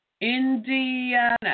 Indiana